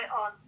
on